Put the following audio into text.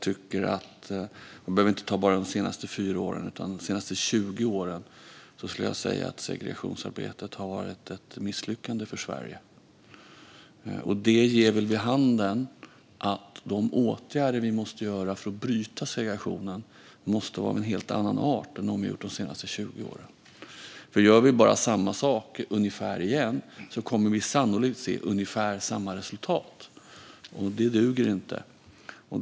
Vi behöver inte bara ta de senaste 4 åren, utan jag skulle säga att segregationsarbetet har varit ett misslyckande för Sverige de senaste 20 åren. Detta ger vid handen att de åtgärder vi måste göra för att bryta segregationen måste vara av en helt annan art än dem vi har gjort de senaste 20 åren. Om vi bara gör ungefär samma sak igen kommer vi sannolikt att få se samma resultat, och det duger inte.